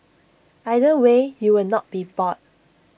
either way you will not be bored